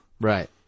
Right